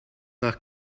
nach